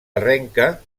arrenca